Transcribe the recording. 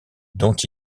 dont